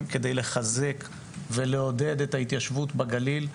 כדי לחזק ולעודד את ההתיישבות בגליל,